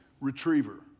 retriever